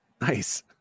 Nice